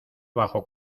bajo